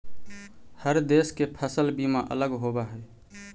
हर देश के फसल बीमा अलग होवऽ हइ